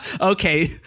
okay